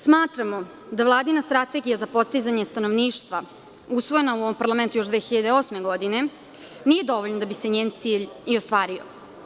Smatramo da Vladina strategija za podsticanje stanovništva, usvojena u ovom parlamentu još 2008. godine, nije dovoljna da bi se njen cilj i ostvario.